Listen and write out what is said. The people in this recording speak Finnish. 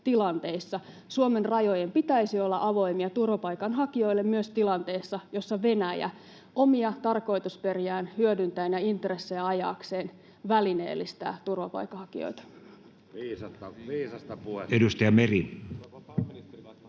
Suomen rajojen pitäisi olla avoimia turvapaikanhakijoille, myös tilanteessa, jossa Venäjä omia tarkoitusperiään hyödyntäen ja intressejään ajaakseen välineellistää turvapaikanhakijoita. [Arto